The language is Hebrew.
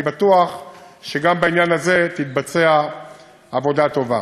אני בטוח שגם בעניין הזה תתבצע עבודה טובה.